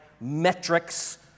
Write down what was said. metrics